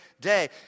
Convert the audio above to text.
day